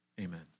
amen